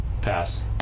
Pass